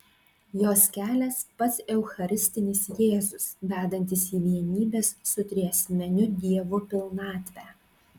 jos kelias pats eucharistinis jėzus vedantis į vienybės su triasmeniu dievu pilnatvę